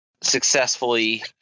successfully